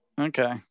Okay